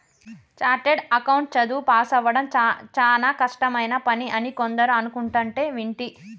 chartered account చదువు పాసవ్వడం చానా కష్టమైన పని అని కొందరు అనుకుంటంటే వింటి